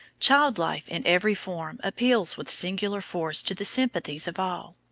child-life in every form appeals with singular force to the sympathies of all.